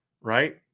right